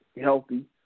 healthy